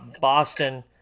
Boston